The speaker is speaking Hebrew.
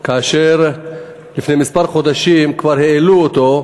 כאשר לפני כמה חודשים כבר העלו אותו.